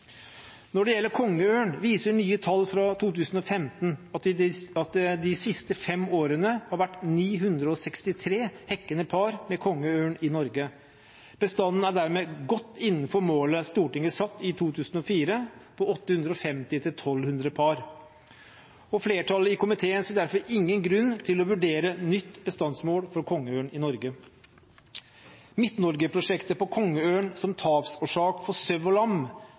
Når det gjelder kongeørn, viser nye tall fra 2015 at det de siste fem årene har vært 963 hekkende par kongeørn i Norge. Bestanden er dermed godt innenfor målet Stortinget satte i 2004, på 850–1 200 par. Flertallet i komiteen ser derfor ingen grunn til å vurdere nytt bestandsmål for kongeørn i Norge. «Midt-Norge-prosjektet på kongeørn som tapsårsak for sau og lam»